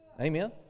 Amen